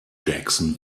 jackson